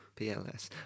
PLS